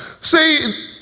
See